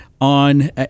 on